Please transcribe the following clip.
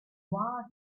wars